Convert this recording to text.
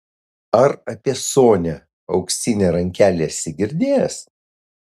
ar apie sonią auksinę rankelę esi girdėjęs